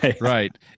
Right